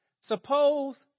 Suppose